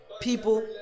People